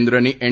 કેન્દ્રની એન